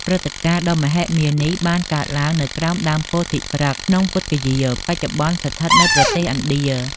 ព្រឹត្តិការណ៍ដ៏មហិមានេះបានកើតឡើងនៅក្រោមដើមពោធិព្រឹក្សក្នុង ពុទ្ធគយា បច្ចុប្បន្នស្ថិតនៅប្រទេសឥណ្ឌា។